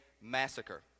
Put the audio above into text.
Massacre